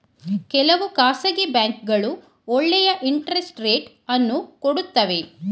ಕೆಲವು ಖಾಸಗಿ ಬ್ಯಾಂಕ್ಗಳು ಒಳ್ಳೆಯ ಇಂಟರೆಸ್ಟ್ ರೇಟ್ ಅನ್ನು ಕೊಡುತ್ತವೆ